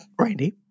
Randy